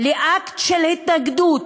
לאקט של התנגדות,